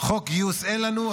חוק גיוס אין לנו,